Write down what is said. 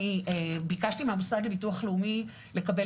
אני ביקשתי מהמוסד לביטוח לאומי לקבל